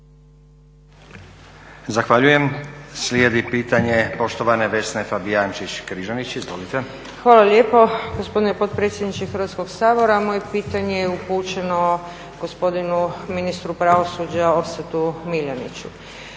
Zahvaljujem. Slijedi pitanje poštovane Vesne Fabijančić-Križanić. Izvolite. **Fabijančić Križanić, Vesna (SDP)** Hvala lijepo gospodine potpredsjedniče Hrvatskog sabora. Moje pitanje je upućeno gospodinu ministru pravosuđa Orsatu Miljeniću.